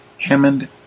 Hammond